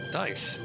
nice